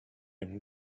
and